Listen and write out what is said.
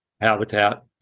habitat